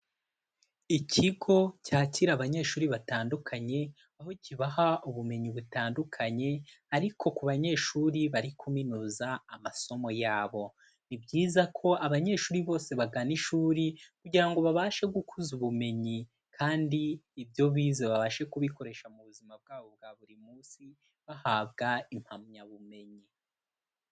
Ikigo cyakira abanyeshuri batandukanye, aho kibaha ubumenyi butandukanye, ariko ku banyeshuri bari kuminuza amasomo yabo. Ni byiza ko abanyeshuri bose bagana ishuri kugira ngo babashe gukuza ubumenyi, kandi ibyo bize babashe kubikoresha mu buzima bwabo bwa buri munsi, bahabwa impamyabumenyi.